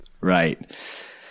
Right